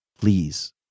please